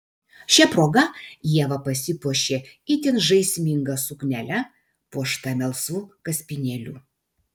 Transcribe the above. šia proga ieva pasipuošė itin žaisminga suknele puošta melsvu kaspinėliu